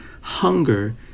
hunger